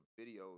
videos